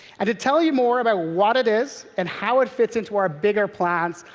and to tell you more about what it is and how it fits into our bigger plans,